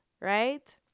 right